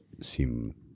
seem